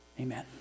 Amen